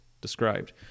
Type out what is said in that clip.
described